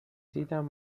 دیدم